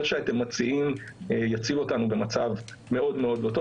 שאתם מציעים יציב אותנו במצב מאוד מאוד לא טוב.